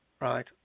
right